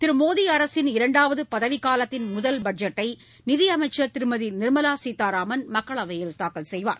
திரு மோடி அரசின் இரண்டாவது பதவிக் காலத்தின் முதல் பட்ஜெட்டை நிதியமைச்சர் திருமதி நிர்மலா சீதாராமன் மக்களவையில் தாக்கல் செய்வார்